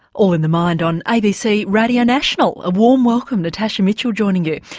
all in the mind on abc radio national. a warm welcome, natasha mitchell joining you.